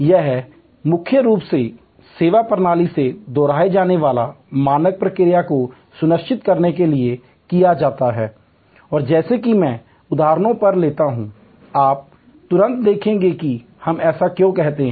यह मुख्य रूप से सेवा प्रणाली से दोहराए जाने वाले मानक प्रतिक्रिया को सुनिश्चित करने के लिए किया जाता है और जैसा कि मैं उदाहरणों पर लेता हूं आप तुरंत देखेंगे कि हम ऐसा क्यों कहते हैं